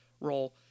role